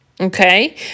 okay